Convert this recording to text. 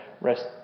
rest